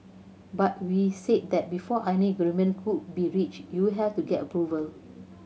but we said that before any agreement could be reached you have to get approval